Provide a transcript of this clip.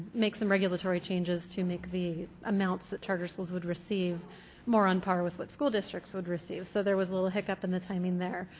make some regulatory changes to make the amounts that charter schools would receive more on par with what school districts would receive. so there was a little hiccup in the timing there.